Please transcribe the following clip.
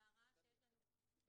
על ההרעה שיש לנו בהשתכרות,